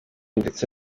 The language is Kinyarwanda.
ndetse